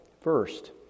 First